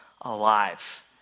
alive